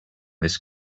this